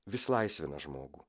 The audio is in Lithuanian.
vis laisvina žmogų